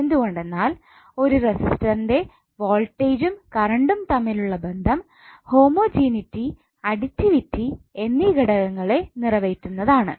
എന്തുകൊണ്ടെന്നാൽ ഒരു റെസിസ്റ്റർന്റെ വോൾട്ടേജും കറണ്ടും തമ്മിലുള്ള ബന്ധം ഹോമജനീറ്റി അടിറ്റിവിറ്റി എന്നീ ഘടകങ്ങളെ നിറവേറ്റുന്നതാണ്